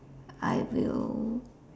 I will